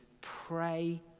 pray